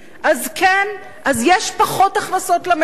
אז כן, יש פחות הכנסות למדינה.